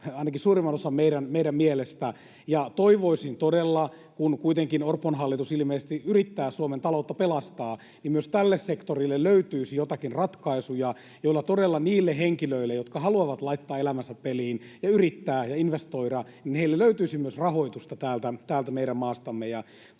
meistä suurimman osan mielestä. Toivoisin todella, että kun kuitenkin Orpon hallitus ilmeisesti yrittää Suomen taloutta pelastaa, niin myös tälle sektorille löytyisi joitakin ratkaisuja, joilla todella niille henkilöille, jotka haluavat laittaa elämänsä peliin ja yrittää ja investoida, löytyisi myös rahoitusta täältä meidän maastamme.